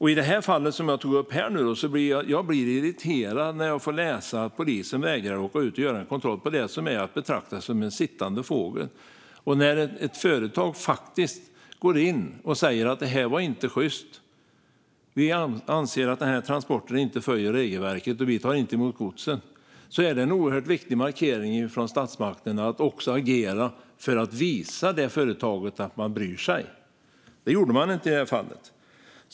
I det fall som jag tog upp här blir jag irriterad när jag får läsa att polisen vägrar att åka ut och göra en kontroll av det som är att betrakta som en sittande fågel. När ett företag faktiskt går in och säger att det inte var sjyst, att de anser att transporten inte följer regelverket och därför inte tar emot godset, vore det en oerhört viktig markering från statsmakten att agera för att visa företaget att man bryr sig. Det gjorde man inte i det här fallet.